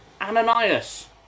Ananias